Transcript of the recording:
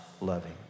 loving